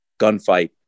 gunfight